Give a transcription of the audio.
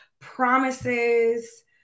promises